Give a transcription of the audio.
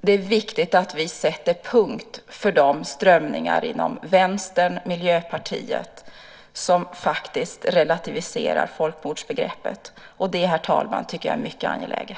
Det är viktigt att vi sätter punkt för de strömningar inom Vänstern och Miljöpartiet som faktiskt relativiserar folkmordsbegreppet. Det är mycket angeläget.